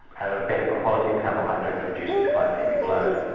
and a better quality of carbohydrate reduces glycaemic load.